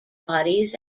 bodies